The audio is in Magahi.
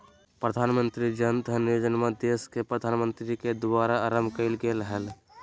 प्रधानमंत्री जन धन योजना देश के प्रधानमंत्री के द्वारा आरंभ कइल गेलय हल